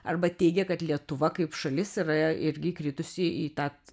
arba teigia kad lietuva kaip šalis yra irgi įkritusi į tą